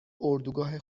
اردوگاه